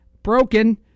broken